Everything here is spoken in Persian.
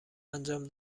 انجام